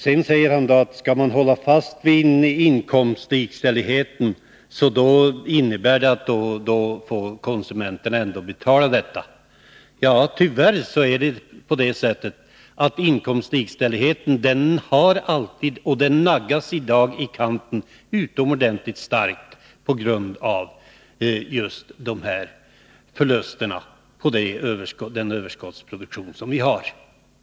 Sedan säger Svante Lundkvist, att skall man hålla fast vid inkomstlikställigheten, innebär det att konsumenterna ändå får betala. Tyvärr är det på det sättet, att inkomstlikställigheten i dag som alltid naggas i kanten utomordentligt starkt, just på grund av förlusterna på den överskottsproduktion vi har.